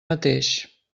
mateix